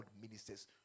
ministers